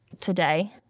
today